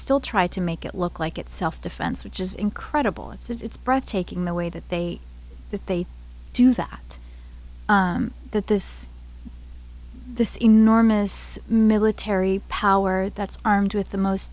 still try to make it look like it's self defense which is incredible it's breathtaking the way that they that they do that that this this enormous military power that's armed with the most